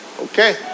Okay